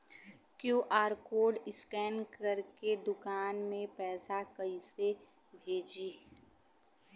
QR code scan करके दुकान में पैसा कइसे भेजी?